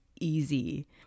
easy